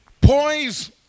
Poise